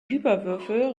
hyperwürfel